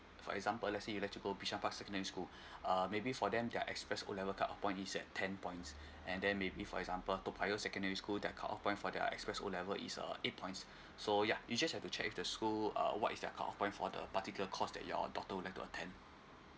for example let's say if you'd like to go bishan park secondary school um maybe for them their express O level cut off point is at ten points and then maybe for example toa payoh secondary school their cut off point for their express O level is uh eight points so ya you just have to check of the school uh what is their cut off point for the particular course that your daughter would like to attend